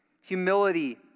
humility